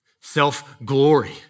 self-glory